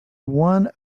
one